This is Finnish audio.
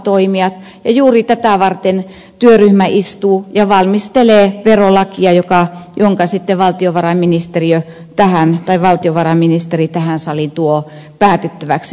ja juuri tätä varten työryhmä istuu ja valmistelee verolakia jonka sitten valtiovarainministeri tähän saliin tuo päätettäväksi